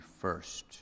first